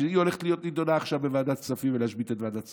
שהולכת להיות נדונה עכשיו בוועדת כספים ולהשבית את ועדת הכספים,